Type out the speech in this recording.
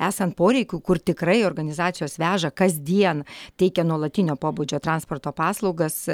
esant poreikiui kur tikrai organizacijos veža kasdien teikia nuolatinio pobūdžio transporto paslaugas